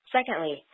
Secondly